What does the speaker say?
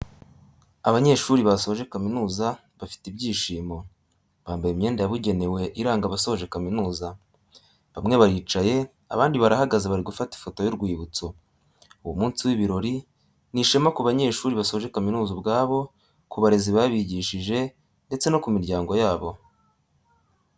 Abanyeshuri basoje kaminuza bafite ibyishimo, bambaye imyenda yabugenewe iranga abasoje kaminuza, bamwe baricaye abandi barahagaze bari gufata ifoto y'urwibutso, uwo munsi w'ibirori ni ishema ku banyeshuri basoje kaminuza ubwabo, ku barezi babigishije ndetse no ku miryango yabo.